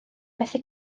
methu